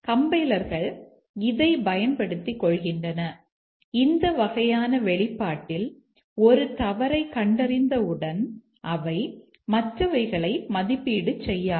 கம்பைலர்கள் இதைப் பயன்படுத்திக் கொள்கின்றன இந்த வகையான வெளிப்பாட்டில் ஒரு தவறை கண்டறிந்தவுடன் அவை மற்றவைகளை மதிப்பீடு செய்யாது